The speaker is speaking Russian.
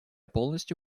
полностью